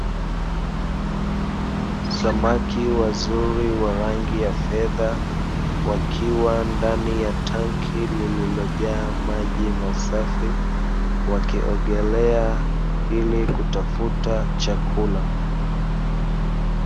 Samaki wazuri wa rangi ya fedha wakiwa ndani ya tanki lililojaa maji masafi wakiogelea ili kutafuta chakula.